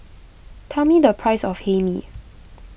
tell me the price of Hae Mee